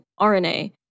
RNA